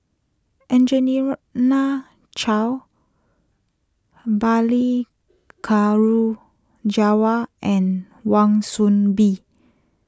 Angelina Choy Balli Kaur Jaswal and Wan Soon Bee